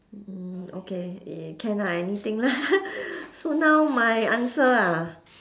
mm okay can ah anything lah so now my answer ah